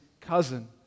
cousin